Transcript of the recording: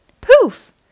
Poof